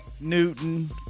Newton